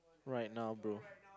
right now bro